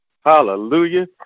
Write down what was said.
hallelujah